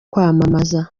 kwamamaza